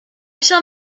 shall